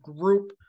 group